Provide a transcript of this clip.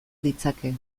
ditzake